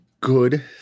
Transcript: good